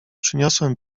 przyniosłem